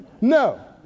No